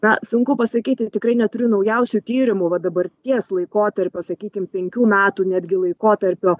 na sunku pasakyti tikrai neturiu naujausių tyrimų va dabarties laikotarpio sakykim penkių metų netgi laikotarpio